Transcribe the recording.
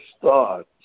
thoughts